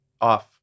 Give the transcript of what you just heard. off